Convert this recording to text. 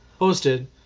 hosted